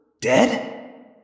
dead